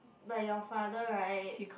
but your father [right]